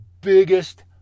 biggest